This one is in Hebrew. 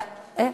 א-טאבע'ה.